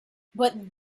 but